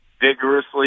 vigorously